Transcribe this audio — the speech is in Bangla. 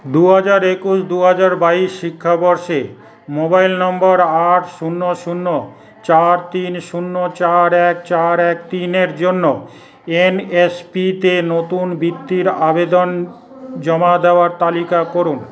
দুহাজার একুশ দুহাজার বাইশ শিক্ষাবর্ষে মোবাইল নম্বর আট শূন্য শূন্য চার তিন শূন্য চার এক চার এক তিনের জন্য এনএসপিতে নতুন বৃত্তির আবেদন জমা দেওয়ার তালিকা করুন